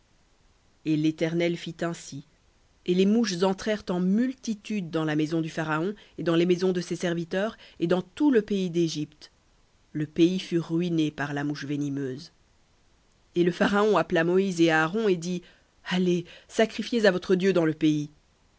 et l'éternel fit ainsi et les mouches entrèrent en multitude dans la maison du pharaon et dans les maisons de ses serviteurs et dans tout le pays d'égypte le pays fut ruiné par la mouche venimeuse et le pharaon appela moïse et aaron et dit allez sacrifiez à votre dieu dans le pays